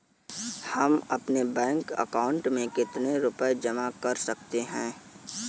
हम अपने bank account में कितने रुपये जमा कर सकते हैं?